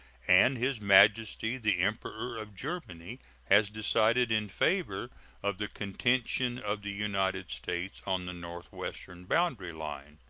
and his majesty the emperor of germany has decided in favor of the contention of the united states on the northwestern boundary line.